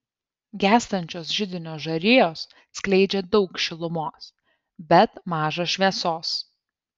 gęstančios židinio žarijos skleidžia daug šilumos bet maža šviesos